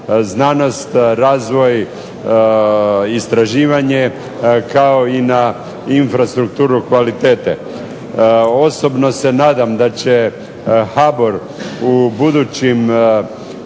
znanost, razvoj istraživanje kao i na infrastrukturu kvalitete. Osobno se nadam da će HBOR u budućim